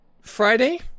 Friday